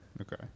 Okay